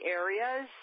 areas